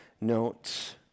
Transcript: notes